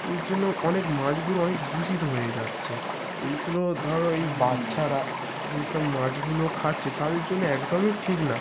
এই জন্য অনেক মাছগুলো অনেক দূষিত হয়ে যাচ্ছে এইগুলো ধর এই বাচ্চারা যেই সব মাছগুলো খাচ্ছে তাদের জন্য একদমই ঠিক না